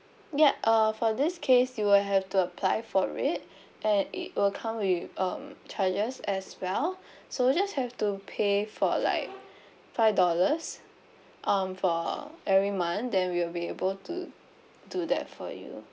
yup uh for this case you'll have to apply for it and it will come with um charges as well so just have to pay for like five dollars um for every month then we'll be able to do that for you